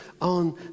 on